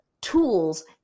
tools